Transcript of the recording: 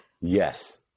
Yes